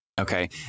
Okay